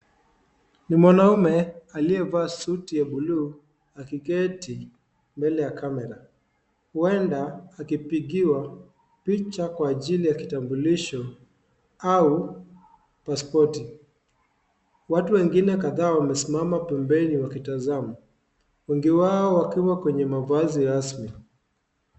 Ni mwanaume aliyevaa suti ya buluu akiketi mbele ya kamera. Huenda, akipigwa picha kwa ajili ya kitambulisho au paspoti. Watu wengine kadhaa wamesimama pembeni wakitazama. Wengi wao wakiwa kwenye mavazi rasmi.